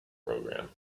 program